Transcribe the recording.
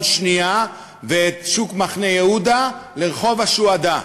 שנייה ואת שוק מחנה-יהודה לרחוב השוהדא.